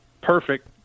perfect